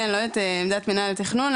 לא את עמדת מינהל התכנון,